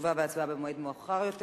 תשובה והצבעה במועד מאוחר יותר.